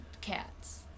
cats